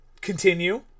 continue